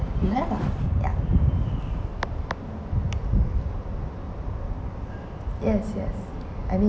you have ah ya yes yes I mean